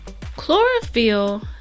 chlorophyll